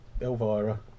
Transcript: Elvira